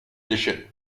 l’échelle